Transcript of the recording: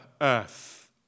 earth